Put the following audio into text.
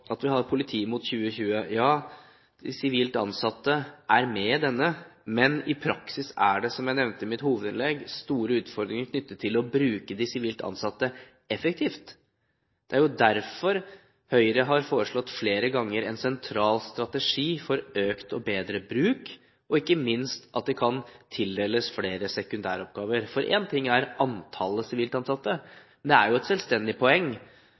at vi har Politiet mot 2020. De sivilt ansatte er med i denne rapporten, men i praksis er det, som jeg nevnte i mitt hovedinnlegg, store utfordringer knyttet til å bruke de sivilt ansatte effektivt. Det er derfor Høyre flere ganger har foreslått en sentral strategi for økt og bedre bruk, og ikke minst at de kan tildeles flere sekundæroppgaver. For én ting er antallet sivilt ansatte, men det er et selvstendig poeng